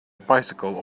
bicycle